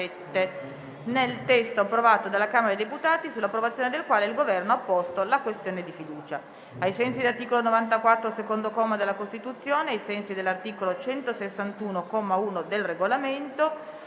nel testo approvato dalla Camera dei deputati, sull'approvazione del quale il Governo ha posto la questione di fiducia. Ricordo che ai sensi dell'articolo 94, secondo comma, della Costituzione e ai sensi dell'articolo 161, comma 1, del Regolamento,